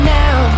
now